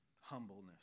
humbleness